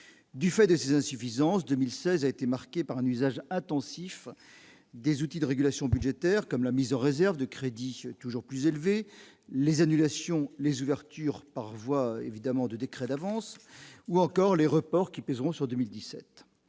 du fait de ses insuffisances 2016 a été marquée par un usage intensif des outils de régulation budgétaire comme la mise en réserve de crédits toujours plus élevés, les annulations, les ouvertures par voie évidemment de décrets d'avance ou encore les reports qui pèseront sur 2017,